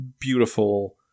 beautiful